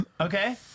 okay